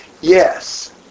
Yes